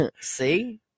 See